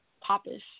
popish